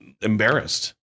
embarrassed